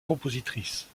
compositrice